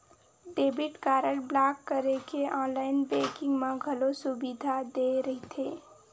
debit card block करे के online banking म घलो सुबिधा दे रहिथे